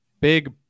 big